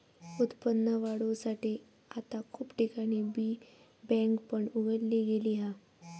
उत्पन्न वाढवुसाठी आता खूप ठिकाणी बी बँक पण उघडली गेली हा